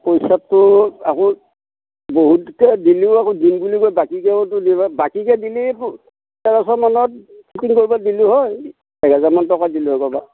পইচাটো আকৌ বহুত এতিয়া দিলেও আকৌ দিম বুলি কৈ বাকীকেও ত' দিবা বাকীকে দিলি তেৰশ মানত ফিটিং কৰিব দিলো হয় এক হাজাৰ মান টকা দিলো হয় বাবা